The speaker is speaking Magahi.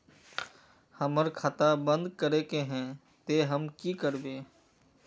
हमर खाता बंद करे के है ते हम की करबे?